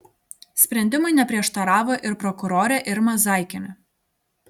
sprendimui neprieštaravo ir prokurorė irma zaikienė